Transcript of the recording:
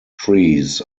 trees